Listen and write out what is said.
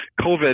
COVID